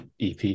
EP